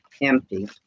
empty